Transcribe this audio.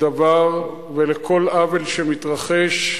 דבר ולכל עוול שמתרחש.